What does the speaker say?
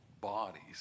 bodies